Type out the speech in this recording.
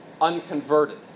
unconverted